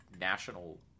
national